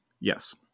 Yes